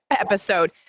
episode